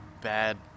bad